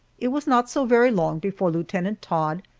it was not so very long before lieutenant todd,